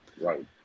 Right